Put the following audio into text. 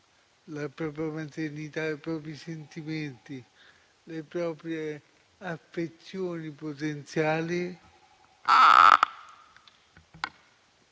la propria maternità, i propri sentimenti, le proprie affezioni potenziali.